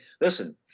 Listen